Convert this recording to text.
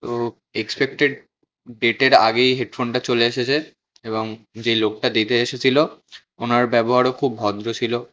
তো এক্সপেক্টেড ডেটের আগেই হেডফোনটা চলে এসেছে এবং যেই লোকটা দিতে এসেছিলো ওনার ব্যবহারও খুব ভদ্র ছিলো